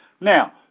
Now